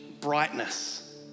brightness